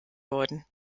worden